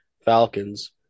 Falcons